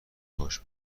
هاش